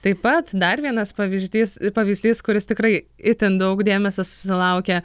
taip pat dar vienas pavyzdys pavyzdys kuris tikrai itin daug dėmesio susilaukia